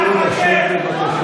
הוא אמר לו רוצח.